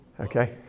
Okay